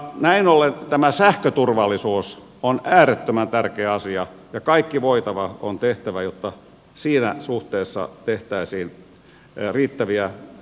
näin ollen sähköturvallisuus on äärettömän tärkeä asia ja kaikki voitava on tehtävä jotta siinä suhteessa tehtäisiin riittäviä valmisteluita